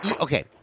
okay